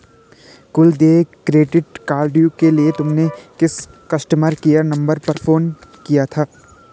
कुल देय क्रेडिट कार्डव्यू के लिए तुमने किस कस्टमर केयर नंबर पर फोन किया था?